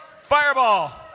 Fireball